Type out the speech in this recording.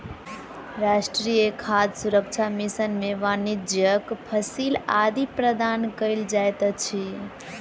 राष्ट्रीय खाद्य सुरक्षा मिशन में वाणिज्यक फसिल आदि प्रदान कयल जाइत अछि